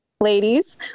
ladies